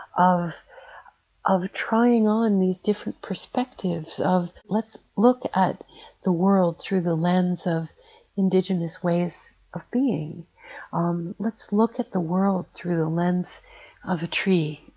of of trying on these different perspectives of let's look at the world through the lens of indigenous ways of being um let's look at the world through the lens of a tree,